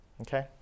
okay